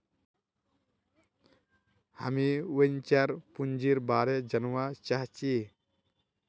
हामीं वेंचर पूंजीर बारे जनवा चाहछी